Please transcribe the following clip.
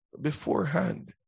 beforehand